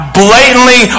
blatantly